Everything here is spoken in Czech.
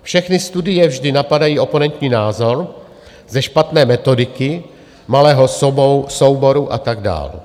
Všechny studie vždy napadají oponentní názor ze špatné metodiky malého souboru a tak dál.